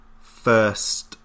first